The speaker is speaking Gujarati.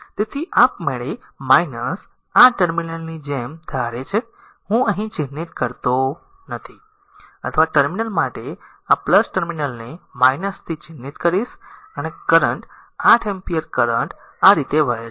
તેથી આપમેળે આ ટર્મિનલની જેમ ધારે છે હું અહીં ચિહ્નિત કરતો નથી અથવા આ ટર્મિનલ માટે આ ટર્મિનલ ને થી ચિહ્નિત કરીશ અને કરંટ 8 એમ્પીયર કરંટ આ રીતે વહે છે